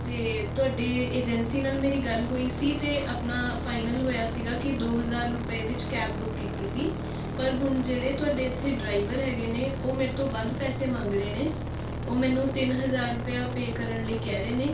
ਅਤੇ ਤੁਹਾਡੀ ਏਜੰਸੀ ਨਾਲ ਮੇਰੀ ਗੱਲ ਹੋਈ ਸੀ ਅਤੇ ਆਪਣਾ ਫਾਈਨਲ ਹੋਇਆ ਸੀਗਾ ਕਿ ਦੋ ਹਜ਼ਾਰ ਰੁਪਏ ਵਿੱਚ ਕੈਬ ਬੁੱਕ ਕੀਤੀ ਸੀ ਪਰ ਹੁਣ ਜਿਹੜੇ ਤੁਹਾਡੇ ਇੱਥੇ ਡਰਾਈਵਰ ਹੈਗੇ ਨੇ ਉਹ ਮੇਰੇ ਤੋਂ ਵੱਧ ਪੈਸੇ ਮੰਗ ਰਹੇ ਨੇ ਉਹ ਮੈਨੂੰ ਤਿੰਨ ਹਜ਼ਾਰ ਰੁਪਇਆ ਪੇ ਕਰਨ ਲਈ ਕਹਿ ਰਹੇ ਨੇ